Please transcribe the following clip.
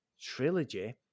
trilogy